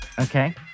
Okay